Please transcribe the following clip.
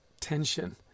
tension